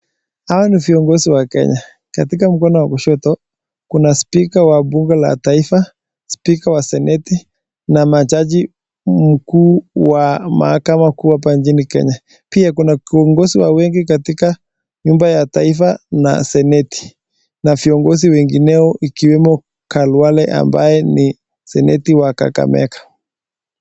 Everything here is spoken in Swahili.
Hawa ni viongozi wa Kenya. Katika mkono wa kushoto, kuna spika wa bunge la taifa, spika wa seneti na majaji mkuu wa mahakama kuu ya hapa nchini Kenya. Pia kuna kiongozi wa wengi katika nyumba ya taifa na seneti. Na viongozi wengineo ikiwemo Khalwale ambaye ni seneti wa Kakamega.